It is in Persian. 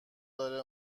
داره